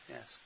Yes